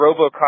Robocop